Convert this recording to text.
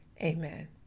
Amen